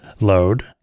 load